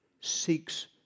seeks